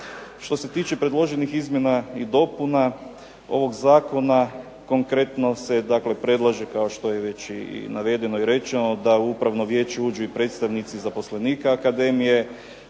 Što se tiče predloženih izmjena i dopuna ovog zakona, konkretno se dakle predlaže, kao što je već i navedeno i rečeno, da u upravno vijeće uđu i predstavnici zaposlenika akademije,